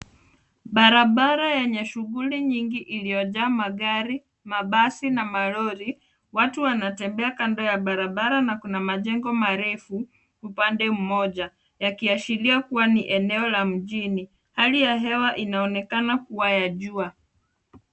Barabara eneye shughuli nyingi iliojaa magari, mabasi na malori, watu wanatembea kando ya barabara na kuna majengo marefu mpande mmoja yakiashiria kuwa ni eneo la mjini. Hali ya hawa inaonekana kuwa ya jua.